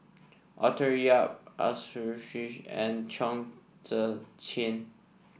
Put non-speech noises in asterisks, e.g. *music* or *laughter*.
Arthur Yap Arasu *unintelligible* and Chong Tze Chien